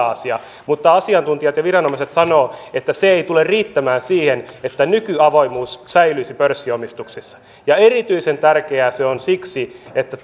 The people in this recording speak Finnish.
asia mutta asiantuntijat ja viranomaiset sanovat että se ei tule riittämään siihen että nykyavoimuus säilyisi pörssiomistuksissa erityisen tärkeää se on siksi että